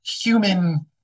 human